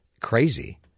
Crazy